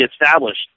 established